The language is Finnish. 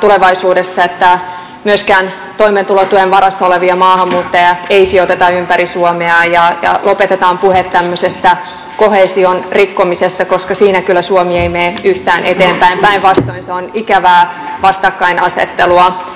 tulevaisuudessa että myöskään toimeentulotuen varassa olevia maahanmuuttajia ei sijoiteta ympäri suomea ja lopetetaan puhe tämmöisestä koheesion rikkomisesta koska siinä kyllä suomi ei mene yhtään eteenpäin päinvastoin se on ikävää vastakkainasettelua